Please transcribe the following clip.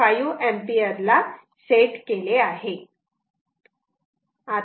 5 A ला set केले आहे